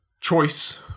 Choice